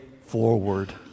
forward